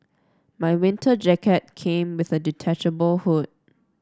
my winter jacket came with a detachable hood